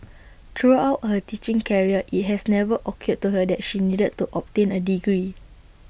throughout her teaching career IT has never occurred to her that she needed to obtain A degree